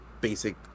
basic